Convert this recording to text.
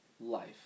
life